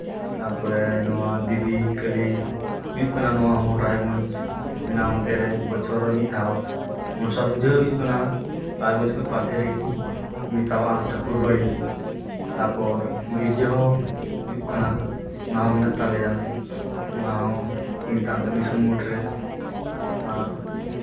ᱛᱟᱨᱯᱚᱨᱮ ᱱᱚᱣᱟ ᱫᱮᱵᱤ ᱠᱟᱹᱞᱤ ᱦᱩᱭᱩᱜ ᱠᱟᱱᱟ ᱱᱚᱣᱟ ᱦᱚᱸ ᱨᱟᱭᱜᱚᱸᱡᱽ ᱢᱮᱱᱟᱜᱼᱟ ᱚᱱᱛᱮ ᱨᱮ ᱵᱚᱪᱷᱚᱨ ᱨᱮ ᱢᱤᱫ ᱫᱷᱟᱣ ᱢᱚᱱᱥᱟ ᱯᱩᱡᱟᱹ ᱦᱚᱸ ᱦᱩᱭᱩᱜ ᱠᱟᱱᱟ ᱨᱟᱭᱜᱚᱸᱡᱽ ᱠᱷᱚᱡ ᱯᱟᱥᱮ ᱨᱮᱜᱮ ᱠᱚ ᱢᱮᱛᱟᱣᱟᱜᱼᱟ ᱴᱷᱟᱹᱠᱩᱨ ᱵᱟᱹᱲᱤ ᱛᱟᱨᱯᱚᱨ ᱜᱤᱨᱡᱟᱹ ᱦᱚᱸ ᱦᱩᱭᱩᱜ ᱠᱟᱱᱟ ᱚᱱᱟᱦᱚᱸ ᱢᱮᱱᱟᱜ ᱛᱟᱞᱮᱭᱟ ᱚᱱᱟᱦᱚᱸ ᱠᱚ ᱢᱮᱛᱟᱜᱼᱟ ᱢᱤᱥᱚᱱ ᱢᱳᱲ ᱨᱮ ᱟᱨ